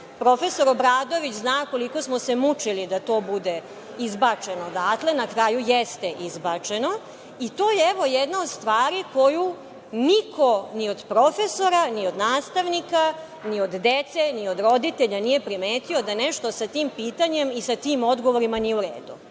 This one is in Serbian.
Profesor Obradović zna koliko smo se mučili da to bude izbačeno odatle, na kraju jeste izbačeno. To je evo, jedna od stvari koju niko ni odprofesora, ni od nastavnika, ni od dece, ni od roditelja nije primetio da nešto sa tim pitanjem i sa tim odgovorima nije u redu.